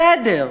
בסדר,